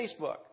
Facebook